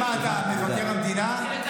מה אתה, מבקר המדינה?